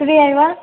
ꯀꯔꯤ ꯍꯥꯏꯕ